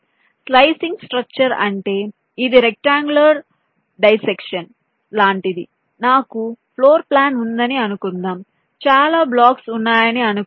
slicing structure అంటే ఇది rectangular dissection లాంటిది నాకు ఫ్లోర్ ప్లాన్ ఉందని అనుకుందాం చాలా బ్లాక్స్ ఉన్నాయని అనుకుందాం